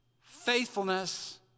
faithfulness